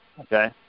Okay